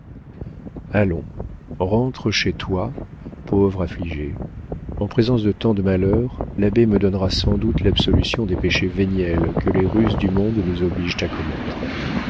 allons rentre chez toi pauvre affligée en présence de tant de malheurs l'abbé me donnera sans doute l'absolution des péchés véniels que les ruses du monde nous obligent à commettre